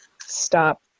stop